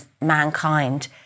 mankind